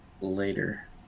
later